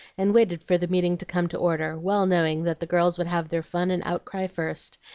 and waited for the meeting to come to order, well knowing that the girls would have their fun and outcry first,